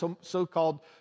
so-called